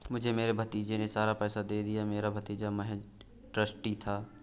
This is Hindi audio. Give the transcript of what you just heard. मुझे मेरे भतीजे ने सारा पैसा दे दिया, मेरा भतीजा महज़ ट्रस्टी था